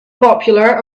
popular